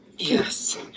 Yes